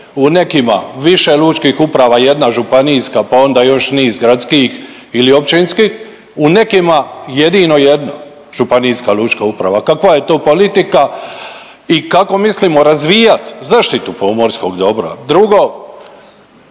u nekima više lučkih uprava, jedna županijska, pa onda još niz gradskih ili općinskih. U nekima jedino jedno županijska lučka uprava. Kakva je to politika i kako mislimo razvijati zaštitu pomorskog dobra? Drugo